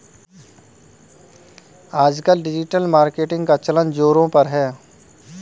आजकल digital marketing का चलन ज़ोरों पर है